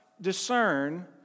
discern